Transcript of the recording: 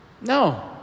No